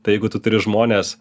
tai jeigu tu turi žmones